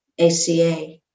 ACA